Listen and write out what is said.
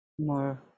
more